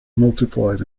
multiplied